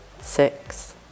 six